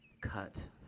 cut